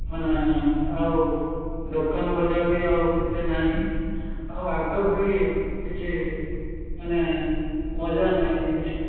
ମାନେ ଆଉ ଦୋକାନ ବଜାର ବି ଆଉ ଏତେ ନାହିଁ ଆଉ ଆଗ ଭଳି କିଛି ମାନେ ମଜା ନାହିଁ ଏଇଠି